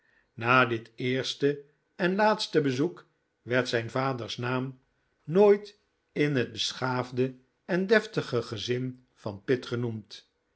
na dit eerste en laatste bezoek werd zijn vaders naam nooit in het beschaafde en deftige gezin van pitt genoemd